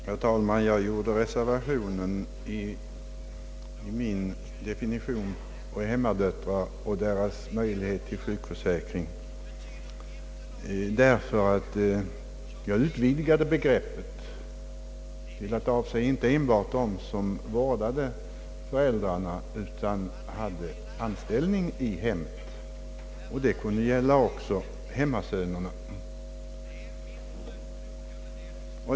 Herr talman! Jag gjorde en reservation i min definition. när det gäller hemmadöttrar och deras möjligheter till sjukförsäkring på så sätt att jag utvidgade begreppet till att avse inte enbart dem som vårdar föräldrarna utan även dem som har anställning i hemmet; det kan alltså vara fråga också om hemmasöner,.